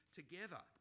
together